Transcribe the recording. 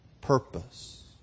purpose